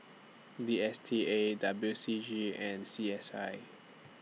D S T A W C G and C S I